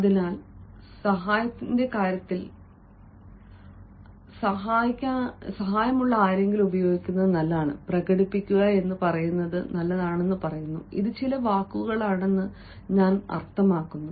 അതിനാൽ സഹായത്തിന്റെ കാര്യത്തിൽ സഹായമുള്ള ആരെയെങ്കിലും ഉപയോഗിക്കുന്നത് നല്ലതാണ് പ്രകടിപ്പിക്കുക എന്ന് പറയുന്നത് നല്ലതാണെന്ന് പറയുന്നു ഇത് ചില വാക്കുകളാണെന്ന് ഞാൻ അർത്ഥമാക്കുന്നു